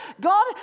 God